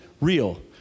real